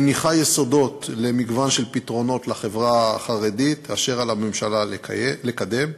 מניחה יסודות למגוון של פתרונות לחברה החרדית אשר על הממשלה לקדם.